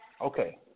okay